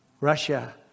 Russia